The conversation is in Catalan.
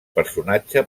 personatge